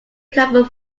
carbon